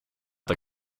the